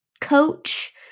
coach